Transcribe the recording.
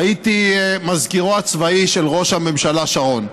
הייתי מזכירו הצבאי של ראש הממשלה שרון.